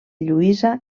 lluïsa